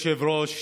אדוני היושב-ראש,